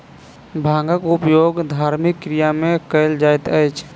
भांगक उपयोग धार्मिक क्रिया में कयल जाइत अछि